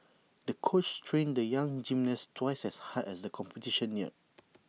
the coach trained the young gymnast twice as hard as the competition neared